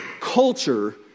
culture